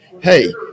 hey